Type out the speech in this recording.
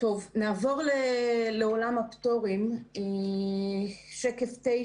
נעבור לעולם הפטורים (שקף 9: